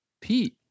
Pete